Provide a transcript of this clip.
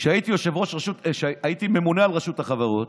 כשהייתי ממונה על רשות החברות,